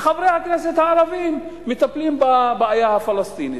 וחברי הכנסת הערבים מטפלים בבעיה הפלסטינית.